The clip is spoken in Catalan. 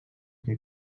que